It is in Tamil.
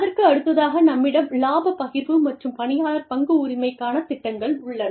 அதற்கு அடுத்ததாக நம்மிடம் இலாபப் பகிர்வு மற்றும் பணியாளர் பங்கு உரிமைக்கான திட்டங்கள் உள்ளன